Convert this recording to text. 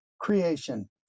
Creation